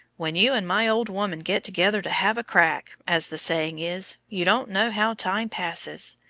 when you and my old woman get together to have a crack, as the saying is, you don't know how time passes.